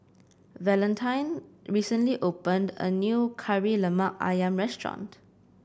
Valentine recently opened a new Kari Lemak ayam restaurant